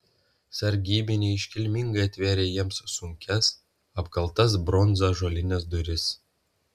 sargybiniai iškilmingai atvėrė jiems sunkias apkaltas bronza ąžuolines duris